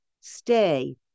stay